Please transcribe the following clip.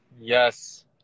Yes